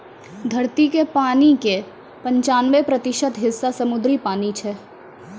धरती के पानी के पंचानवे प्रतिशत हिस्सा समुद्री पानी छै